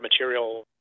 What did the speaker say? material